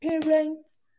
Parents